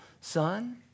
son